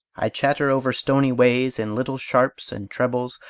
i chatter over stony ways, in little sharps and trebles,